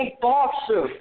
boxer